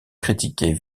critiqués